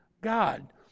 god